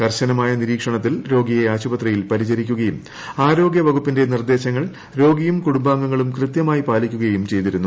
കർശനമായ നിരീക്ഷണത്തിൽ രോഗിയെ ആശുപത്രിയിൽ പരിചരിക്കുകയും ആരോഗ്യ വകുപ്പിന്റെ നിർദ്ദേശങ്ങൾ രോഗിയും കുടുംബാംഗങ്ങളും കൃത്യമായി പാലിക്കുകയും ചെയ്തിരുന്നു